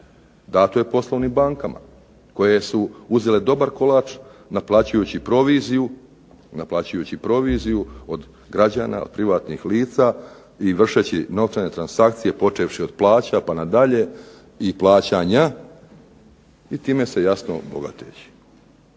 dano je poslovnih bankama koje su uzele dobar kolač naplaćujući proviziju od građana, od privatnih lica i vršeći novčane transakcije počevši od plaća pa nadalje i plaćanja i time se jasno bogateći.